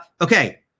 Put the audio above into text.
Okay